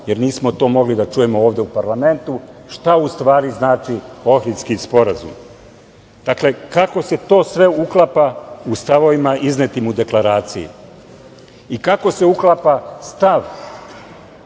jer nismo to mogli da čujemo ovde u parlamentu, šta u stvari znači Ohridski sporazum. Dakle, kako se sve to uklapa u stavovima iznetim u deklaraciji i kako se uklapa stav